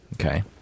Okay